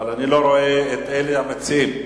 אבל אני לא רואה את אלה המציעים.